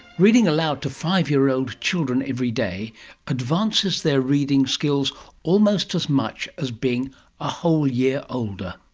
reading aloud to five-year-old children every day advances their reading skills almost as much as being a whole year older.